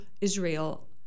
Israel